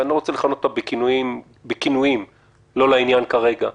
אני לא רוצה לכנות אותה בכינויים לא לעניין כרגע.